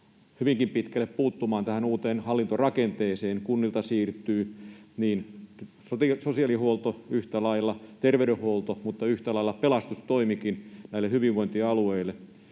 hyvinkin pitkälle puuttumaan tähän uuteen hallintorakenteeseen. Kunnilta siirtyy niin sosiaalihuolto kuin terveydenhuolto mutta yhtä lailla pelastustoimikin näille hyvinvointialueille.